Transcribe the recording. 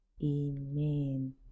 amen